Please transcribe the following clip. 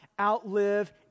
outlive